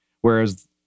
whereas